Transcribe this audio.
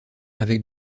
avec